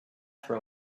for